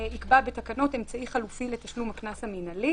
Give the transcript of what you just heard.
יקבע בתקנות אמצעי חלופי לתשלום הקנס המינהלי,